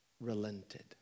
Relented